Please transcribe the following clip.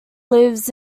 lives